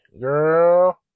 Girl